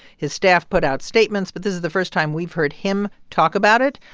his staff put out statements. but this is the first time we've heard him talk about it.